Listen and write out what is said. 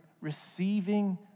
receiving